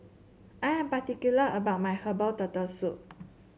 I am particular about my Herbal Turtle Soup